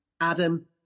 Adam